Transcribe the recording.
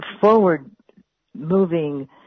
forward-moving